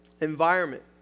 environment